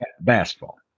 Basketball